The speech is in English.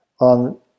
on